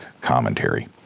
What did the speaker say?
commentary